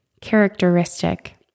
characteristic